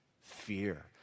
fear